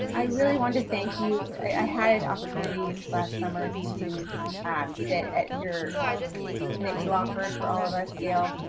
i really wanted to thank you. i had an opportunity last summer to um sit at your tasting that you offered for all of us, dale,